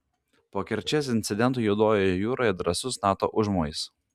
po kerčės incidento juodojoje jūroje drąsus nato užmojis